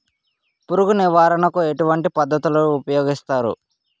పురుగు నివారణ కు ఎటువంటి పద్ధతులు ఊపయోగిస్తారు?